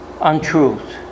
untruth